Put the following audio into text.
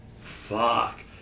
fuck